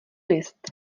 list